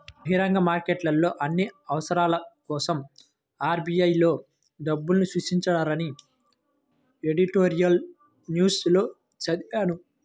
బహిరంగ మార్కెట్లో అన్ని అవసరాల కోసరం ఆర్.బి.ఐ లో డబ్బుల్ని సృష్టిస్తారని ఎడిటోరియల్ న్యూస్ లో చదివాను